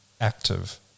active